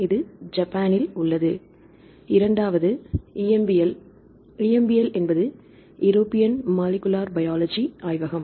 இது ஜப்பானில் உள்ளது இரண்டாவது EMBL EMBL என்பது ஈரோப்பியன் மாலிகுலார் பயாலஜி ஆய்வகம்